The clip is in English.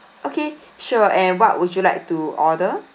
okay sure and what would you like to order